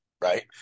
Right